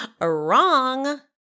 Wrong